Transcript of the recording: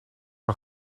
een